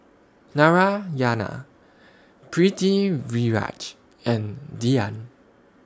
Narayana Pritiviraj and Dhyan